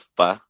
pa